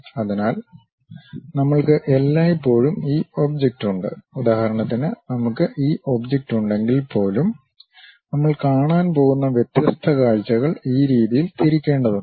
അതിനാൽ നമ്മൾക്ക് എല്ലായ്പ്പോഴും ഈ ഒബ്ജക്റ്റ് ഉണ്ട് ഉദാഹരണത്തിന് നമുക്ക് ഈ ഒബ്ജക്റ്റ് ഉണ്ടെങ്കിൽ പോലും നമ്മൾ കാണാൻ പോകുന്ന വ്യത്യസ്ത കാഴ്ചകൾ ഈ രീതിയിൽ തിരിക്കേണ്ടതുണ്ട്